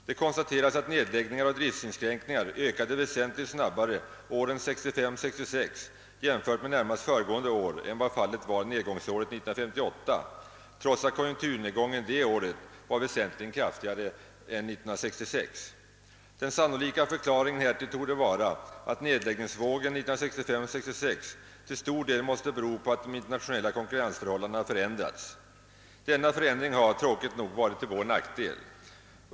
Det konstateras att nedläggningar och = driftsinskränkningar ökade väsentligt snabbare åren 1965— 1966 jämfört med närmast föregående år än vad fallet var nedgångsåret 1958, trots att konjunkturnedgången det året var väsentligt kraftigare än 1966. Den sannolika förklaringen härtill torde vara att nedläggningsvågen 1965—1966 till stor del måste bero på att de internationella konkurrensförhållandena förändrats. Denna förändring har, tråkigt nog, varit till vår nackdel.